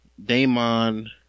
Damon